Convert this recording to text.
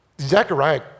Zechariah